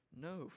No